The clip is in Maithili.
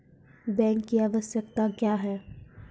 बैंक की आवश्यकता क्या हैं?